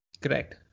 Correct